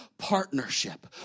partnership